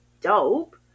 dope